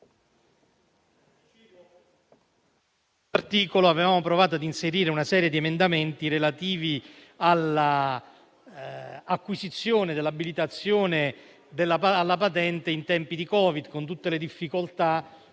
MARGIOTTA *(PD)*. Avevamo provato a inserire una serie di emendamenti relativi all'acquisizione dell'abilitazione della patente in tempi di Covid, con tutte le difficoltà